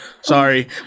Sorry